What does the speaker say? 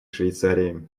швейцарии